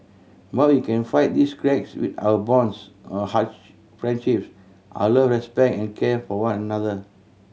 but we can fight these cracks with our bonds our friendships our love respect and care for one another